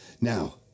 Now